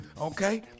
okay